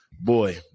boy